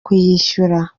kuyishyura